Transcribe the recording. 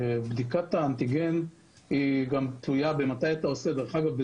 בדיקת האנטיגן גם תלוי במתי אתה עושה את הבדיקה - ודרך אגב,